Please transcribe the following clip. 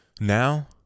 now